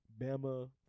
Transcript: Bama